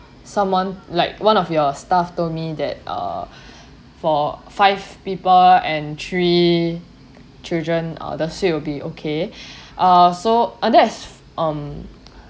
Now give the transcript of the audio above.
someone like one of your staff told me that uh for five people and three children uh the suite will be okay uh so that's um